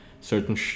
certain